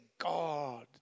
God